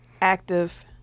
active